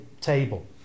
table